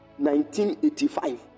1985